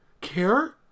care